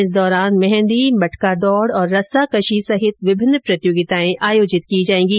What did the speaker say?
इस दौरान मेहंदी मटका दौड़ और रस्साकशी सहित विभिन्न प्रतियोगिताएं आयोजित की जाएंगी